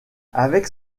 avec